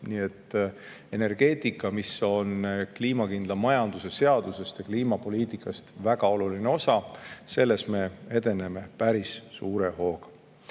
Nii et energeetikas, mis on kliimakindla majanduse seadusest ja kliimapoliitikast väga oluline osa, me edeneme päris suure hooga.